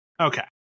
Okay